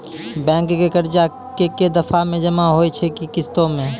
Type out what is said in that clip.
Bank के कर्जा ऐकै दफ़ा मे जमा होय छै कि किस्तो मे?